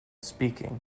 speaking